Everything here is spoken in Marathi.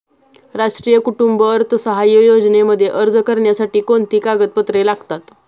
राष्ट्रीय कुटुंब अर्थसहाय्य योजनेमध्ये अर्ज करण्यासाठी कोणती कागदपत्रे लागतात?